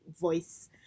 voice